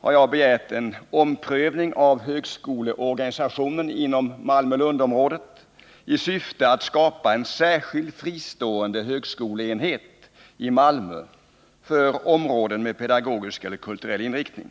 har jag begärt en omprövning av högskoleorganisationen inom Malmö-Lundområdet i syfte att skapa en särskild fristående högskoleenhet i Malmö för områden med pedagogisk eller kulturell inriktning.